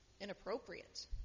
inappropriate